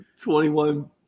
21